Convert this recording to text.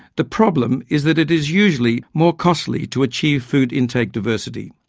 the problem is that it is usually more costly to achieve food intake diversity.